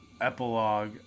epilogue